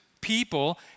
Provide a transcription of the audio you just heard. people